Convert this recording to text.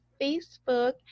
Facebook